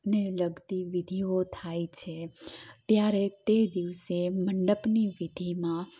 ને લગતી વિધિઓ થાય છે ત્યારે તે દિવસે મંડપની વિધિમાં